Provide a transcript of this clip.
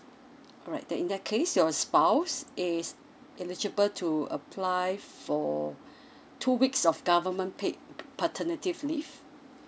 alright then in that case your spouse is eligible to apply for two weeks of government paid paternity leave